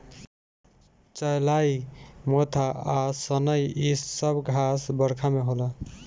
चौलाई मोथा आ सनइ इ सब घास बरखा में होला